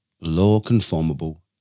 law-conformable